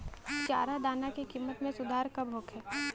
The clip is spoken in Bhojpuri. चारा दाना के किमत में सुधार कब होखे?